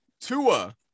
Tua